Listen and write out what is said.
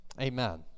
amen